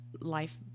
Life